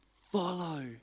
follow